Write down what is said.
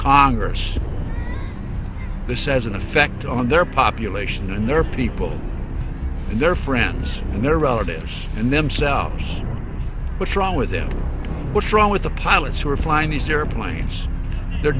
congress the says in effect on their population and their people and their friends and their relatives and themselves what's wrong with them what's wrong with the pilots who are flying these airplanes they're